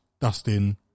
Dustin